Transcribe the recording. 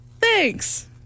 Thanks